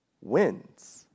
wins